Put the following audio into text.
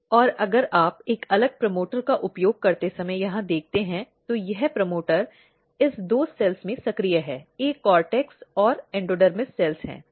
और अगर आप एक अलग प्रमोटर का उपयोग करते समय यहां देखते हैं तो यह प्रमोटर इस दो कोशिकाओं में सक्रिय है एक कॉर्टेक्स और एंडोडर्मिस कोशिकाएं हैं